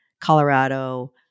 Colorado